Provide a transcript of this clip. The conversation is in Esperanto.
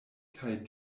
kaj